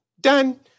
Done